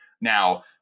Now